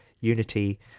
unity